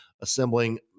assembling